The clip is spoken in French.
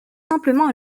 simplement